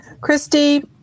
Christy